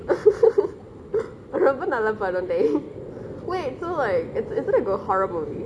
ரொம்ப நல்ல படொ:rombe nalle pado dey wait so like is is it a gh~ horror movie